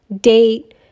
date